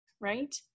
right